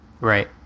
right